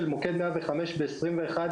20,000 פניות למוקד 105 בשנים 2021